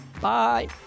Bye